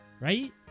Right